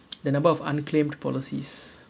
the number of unclaimed policies